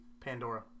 Pandora